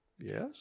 yes